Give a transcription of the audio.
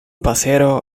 pasero